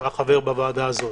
הוא היה חבר בוועדה הזאת.